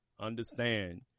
understand